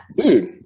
Dude